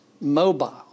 mobile